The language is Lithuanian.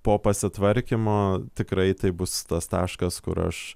po pasitvarkymo tikrai tai bus tas taškas kur aš